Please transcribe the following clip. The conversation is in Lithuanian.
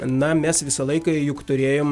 na mes visą laiką juk turėjom